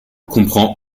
comprend